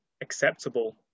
acceptable